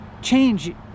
change